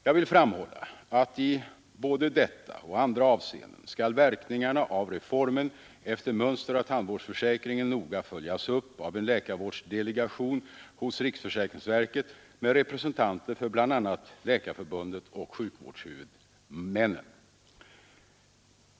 Jag vill framhålla att i både detta och andra avseenden skall verkningarna av reformen efter mönster av tandvårdsförsäkringen noga följas upp av en läkarvårdsdelegation hos riksförsäkringsverket med representanter för bl.a. Läkarförbundet och sjukvårdshuvudmännen.